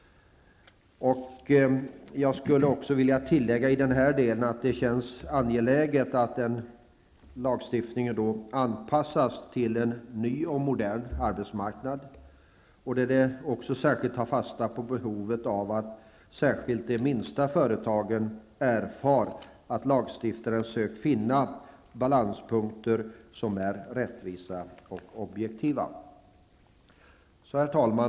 Jag skulle också i denna del vilja tillägga att det känns angeläget att lagstiftningen anpassas till en ny och modern arbetsmarknad. Den skall också särskilt ta fasta på behovet av att de minsta företagen erfar att lagstiftaren sökt finna balanspunkter som är rättvisa och objektiva. Herr talman!